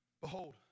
behold